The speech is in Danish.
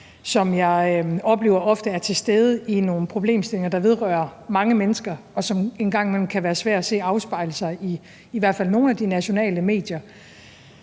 som jeg oplever ofte er til stede i forbindelse med nogle problemstillinger, der vedrører mange mennesker, og som det en gang imellem kan være svært at se afspejlet i hvert fald i nogle af de nationale medier.